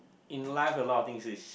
in life a lot of things is